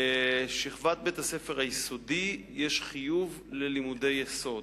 בשכבת בית-הספר היסודי יש חיוב ללימודי יסוד.